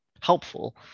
helpful